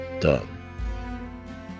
done